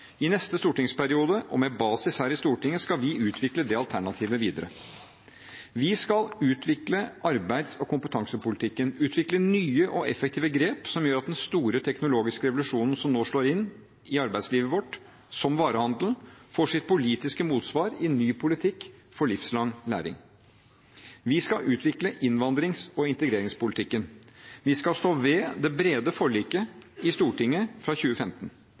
I neste stortingsperiode, og med basis her i Stortinget, skal vi utvikle det alternativet videre. Vi skal utvikle arbeids- og kompetansepolitikken – utvikle nye og effektive grep som gjør at den store teknologiske revolusjonen som nå slår inn i arbeidslivet vårt, som varehandelen, får sitt politiske motsvar i ny politikk for livslang læring. Vi skal utvikle innvandrings- og integreringspolitikken. Vi skal stå ved det brede forliket i Stortinget fra 2015.